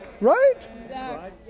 Right